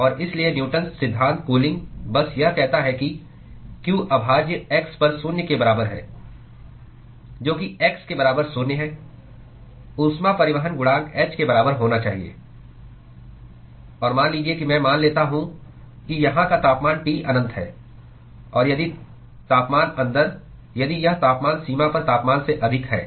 और इसलिए न्यूटन सिद्धांत कूलिंगNewton's law cooling बस यह कहता है कि q अभाज्य x पर शून्य के बराबर है जो कि x के बराबर शून्य है ऊष्मा परिवहन गुणांक h के बराबर होना चाहिए और मान लीजिए कि मैं मान लेता हूं कि यहां का तापमान T अनंत है और यदि तापमान अंदर यदि यह तापमान सीमा पर तापमान से अधिक है